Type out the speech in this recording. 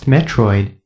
Metroid